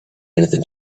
anything